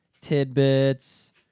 Tidbits